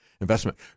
Investment